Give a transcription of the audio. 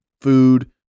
food